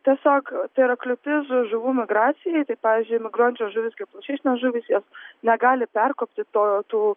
tiesiog tai yra kliūtis žuvų migracijai tai pavyzdžiui migruojančios žuvys kaip lašišinės žuvys jos negali pekopti to tų